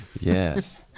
Yes